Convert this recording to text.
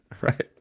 Right